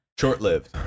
Short-lived